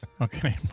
Okay